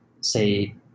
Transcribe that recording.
say